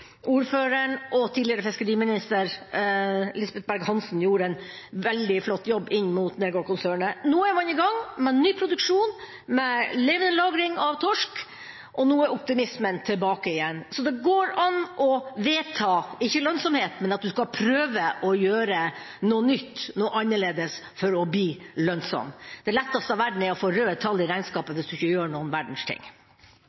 ordføreren og tidligere fiskeriminister Lisbeth Berg-Hansen gjorde en veldig flott jobb overfor Nergård-konsernet. Nå er man i gang med ny produksjon, med lagring av levende torsk, og nå er optimismen tilbake. Så det går an å vedta – ikke lønnsomhet, men at man skal prøve å gjøre noe nytt, noe annerledes, for å bli lønnsom. Det letteste i verden er å få røde tall i regnskapet